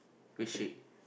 milk shake